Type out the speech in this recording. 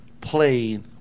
played